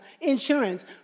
insurance